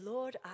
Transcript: Lord